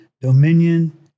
dominion